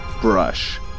Brush